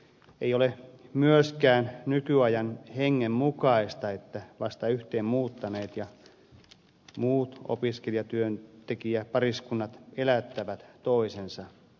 ei ole myöskään nykyajan hengen mukaista että vasta yhteen muuttaneet ja muut opiskelijatyöntekijäpariskunnat elättävät toisensa